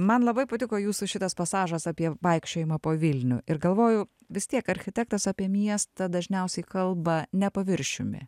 man labai patiko jūsų šitas pasažas apie vaikščiojimą po vilnių ir galvoju vis tiek architektas apie miestą dažniausiai kalba ne paviršiumi